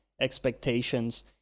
expectations